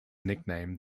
nicknamed